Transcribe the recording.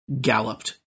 galloped